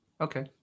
Okay